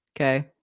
Okay